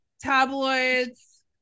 tabloids